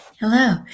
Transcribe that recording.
Hello